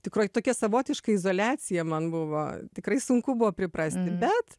tikrai tokia savotiška izoliacija man buvo tikrai sunku buvo priprasti bet